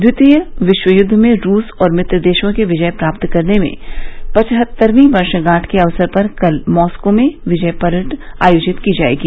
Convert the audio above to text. द्वितीय विश्व युद्ध में रूस और मित्र देशों के विजय प्राप्त करने की पचहत्तरवीं वर्षगांठ के अवसर पर कल मॉस्को में विजय परेड आयोजित की जाएगी